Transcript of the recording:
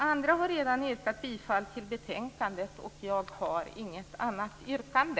Andra har redan yrkat bifall till utskottets hemställan i betänkandet. Jag har inget annat yrkande.